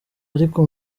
ariko